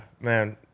man